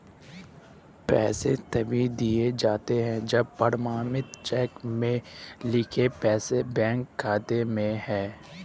पैसे तभी दिए जाते है जब प्रमाणित चेक में लिखे पैसे बैंक खाते में हो